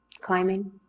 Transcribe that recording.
climbing